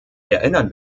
erinnern